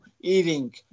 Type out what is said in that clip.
eating